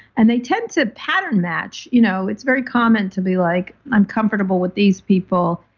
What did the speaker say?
and they tend to pattern match you know it's very common to be like uncomfortable with these people.